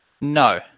No